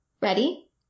Ready